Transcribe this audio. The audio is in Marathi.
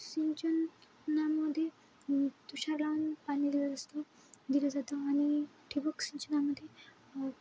सिंचनामध्ये तुषार लावून पाणी दिलं असतो दिला जातो आणि ठिबक सिंचनामध्ये